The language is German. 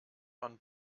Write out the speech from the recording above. von